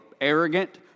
arrogant